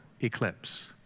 eclipse